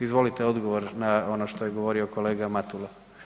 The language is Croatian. Izvolite odgovor na ono što je govorio kolega Matula.